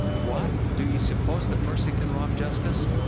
what, do ye suppose that mercy can rob justice?